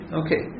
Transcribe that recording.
okay